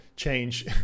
change